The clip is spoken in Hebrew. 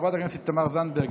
חברת הכנסת תמר זנדברג,